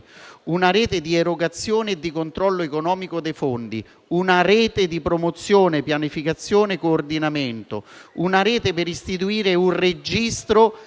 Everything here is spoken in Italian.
una rete di erogazione e di controllo economico dei fondi, una rete di promozione, pianificazione e coordinamento, una rete per istituire un registro